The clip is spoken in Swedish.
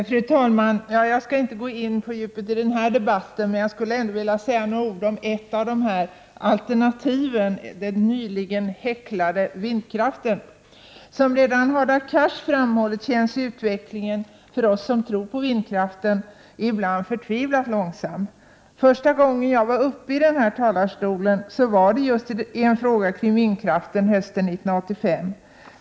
Fru talman! Jag skall inte gå in på djupet i denna diskussion, men jag vill ändå säga några ord om ett av alternativen, den nyligen häcklade vindkraften. Som Hadar Cars redan framhållit känns det för oss som tror på vindkraften som att utvecklingen ibland går förtvivlat långsamt. Första gången jag var uppe i denna talarstol var hösten 1985, då jag ställde en fråga till Birgitta Dahl om just vindkraften.